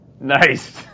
Nice